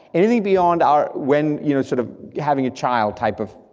anything beyond our when you know sort of having a child type of,